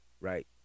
Right